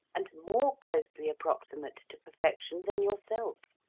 and more closely approximate to perfection than yourself.